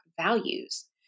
values